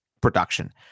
production